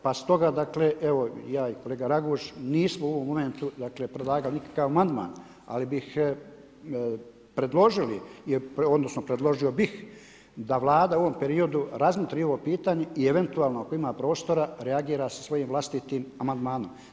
Pa stoga dakle evo ja i kolega Raguž nismo u ovom momentu predlagali nikakav amandman ali bi predložili, odnosno predložio bih da Vlada u ovom periodu razmotri ovo pitanje i eventualno ako ima prostora reagira sa svojim vlastitim amandmanom.